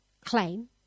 claim